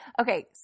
Okay